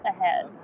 ahead